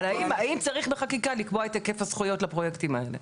על האם צריך בחקיקה לקבוע את היקף הזכויות לפרויקטים האלה?